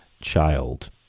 child